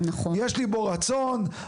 יש לי בו רצון,